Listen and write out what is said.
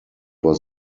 was